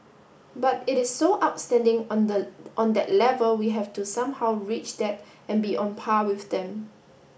but it is so outstanding on the on that level we have to somehow reach that and be on par with them